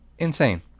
insane